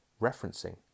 referencing